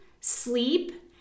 sleep